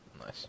Nice